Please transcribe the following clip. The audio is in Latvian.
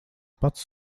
pats